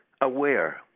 aware